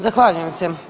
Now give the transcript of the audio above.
Zahvaljujem se.